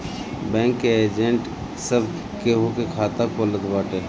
bank के agent सब केहू के खाता खोलत बाटे